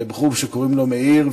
בחור שקוראים לו מאיר,